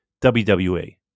WWE